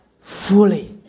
Fully